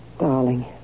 Darling